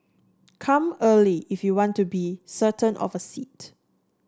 come early if you want to be certain of a seat